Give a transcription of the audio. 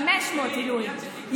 500 עילויים,